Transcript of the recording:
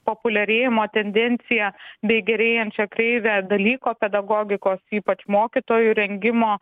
populiarėjimo tendenciją bei gerėjančią kreivę dalyko pedagogikos ypač mokytojų rengimo